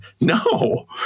No